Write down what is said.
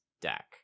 deck